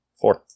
Four